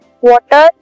water